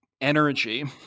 energy